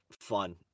fun